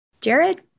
Jared